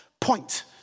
point